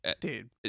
Dude